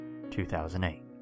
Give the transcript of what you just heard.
2008